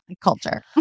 culture